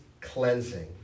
cleansing